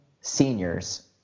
seniors